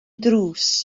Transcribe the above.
drws